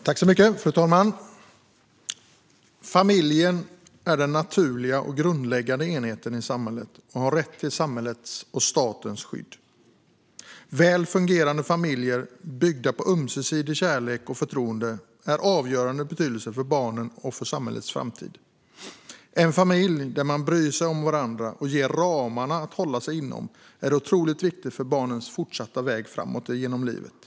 Fru talman! Familjen är den naturliga och grundläggande enheten i samhället och har rätt till samhällets och statens skydd. Väl fungerande familjer byggda på ömsesidig kärlek och förtroende är av avgörande betydelse för barnen och för samhällets framtid. En familj där man bryr sig om varandra och ger ramar att hålla sig inom är otroligt viktig för barnens fortsatta väg framåt genom livet.